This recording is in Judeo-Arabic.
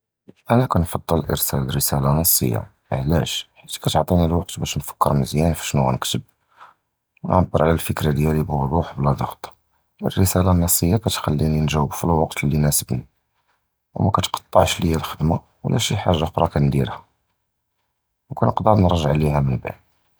אִנַא קִנְפַדַּל אִסְלַא אָרִסָאל רִסָאלָה נַסִיָּה, עַלַאש? חִית קִתְּעַטִּי לִי אִל-וַקְת בַּאש נִפַכְּר מְזְיָאן פִי שְנּו גַאנְכְּתּוֹב, וְנַעְבְּר עַלַא אִל-פִיקְרָה דִיַּלִי בּוֹדּוּח וּבְלַא דִצְ'צ'ט. אִל-רִסָאלָה אִל-נַסִיָּה קִתְּחַכְּלִינִי נִגְ'אוּב פִי אִל-וַקְת לִי יִנַאסִבְנִי, וּמָא קִתְּקַטַּעְש לִי אִל-חֻ'דְּמַה וְלָא שִי חַאגָה חְרָא קִנְדִירְהָ, וְקִנְקַדַּר נִרְגַּע לִיהָ מֵאַבְּעַד.